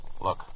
Look